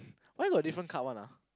why got different card [one] ah